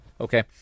Okay